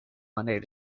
monday